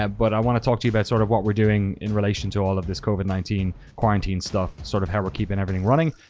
ah but i want to talk to you about sort of what we're doing in relation to all of this covid nineteen quarantine stuff, sort of how we're keeping everything running.